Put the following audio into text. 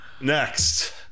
Next